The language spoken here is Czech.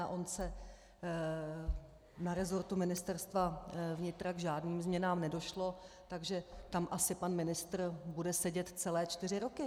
A na resortu Ministerstva vnitra k žádným změnám nedošlo, takže tam asi pan ministr bude sedět celé čtyři roky.